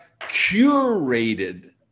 curated